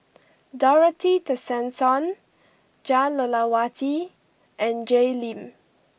Dorothy Tessensohn Jah Lelawati and Jay Lim